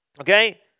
okay